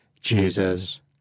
Jesus